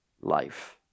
life